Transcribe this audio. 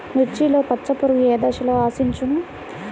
మిర్చిలో పచ్చ పురుగు ఏ దశలో ఆశించును?